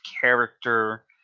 character